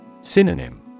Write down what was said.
Synonym